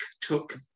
took